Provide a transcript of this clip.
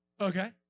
Okay